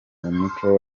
umuco